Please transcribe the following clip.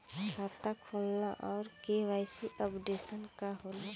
खाता खोलना और के.वाइ.सी अपडेशन का होला?